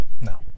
No